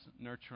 nurturing